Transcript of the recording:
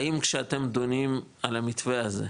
האם כשאתם דנים על המתווה הזה,